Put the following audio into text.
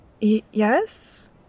Yes